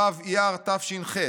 ו' אייר תש"ח,